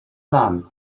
lamb